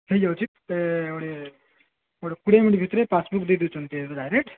ହେଇ ଯାଉଛି ସେ ଗୋଟେ କୋଡ଼ିଏ ମିନିଟ୍ ଭିତରେ ପାସ୍ବୁକ୍ ଦେଇ ଦେଉଛନ୍ତି ଡାଇରେକ୍ଟ୍